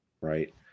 Right